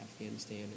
Afghanistan